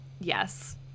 yes